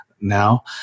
now